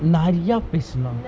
நரியா பேசுனா:nariyaa pesuna